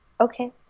Okay